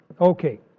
Okay